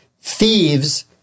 thieves